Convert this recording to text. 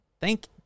Thank